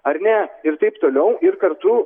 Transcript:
ar ne ir taip toliau ir kartu